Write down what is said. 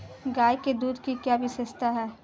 गाय के दूध की क्या विशेषता है?